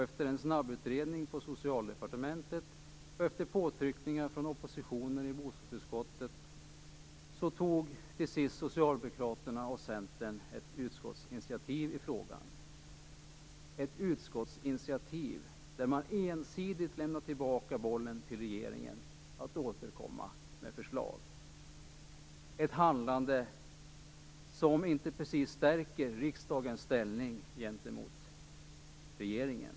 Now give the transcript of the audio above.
Efter en snabbutredning på Socialdepartementet och efter påtryckningar från oppositionen i bostadsutskottet tog till sist Socialdemokraterna och Centern ett utskottsinitiativ i frågan, där man ensidigt lämnar tillbaka bollen till regeringen att återkomma med förslag. Det är ett handlande som inte precis stärker riksdagens ställning gentemot regeringen.